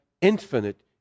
infinite